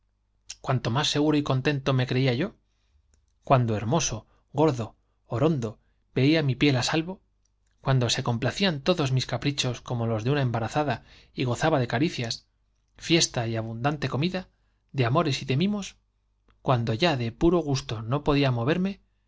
cuando más seguro y contento me creía yo cuando hermoso gordo orondo veía mi piel á salvo cuando se complacían todos mis caprichos como los de una embarazada y gozaba de caricias fiestas y abundante f comida de amores y de mimos cuando ya de puro gusto no podía moverme